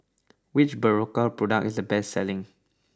which Berocca product is the best selling